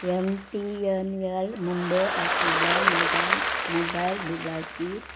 M T N L Mumbai आशिल्ल्या म्हज्या mobile बिलाची